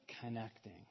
connecting